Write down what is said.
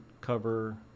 cover